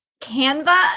Canva